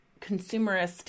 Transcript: consumerist